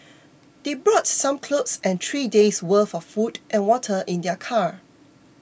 they brought some clothes and three days' worth of food and water in their car